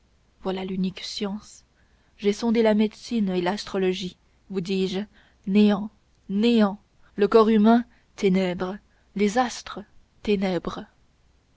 voilà l'unique science j'ai sondé la médecine et l'astrologie vous dis-je néant néant le corps humain ténèbres les astres ténèbres